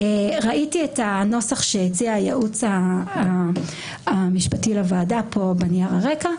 ראיתי את הנוסח שהציע הייעוץ המשפטי של הוועדה בנייר הרקע.